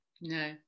No